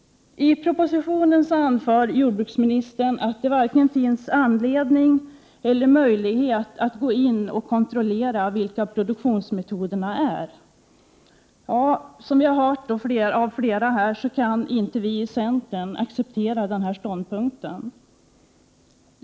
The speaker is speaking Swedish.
I propositionen anför jordbruksministern att det varken finns anledning eller möjlighet att gå in och kontrollera vilka produktionsmetoderna är. Som vi har hört av flera talare här kan inte vi i centern acceptera den ståndpunkten.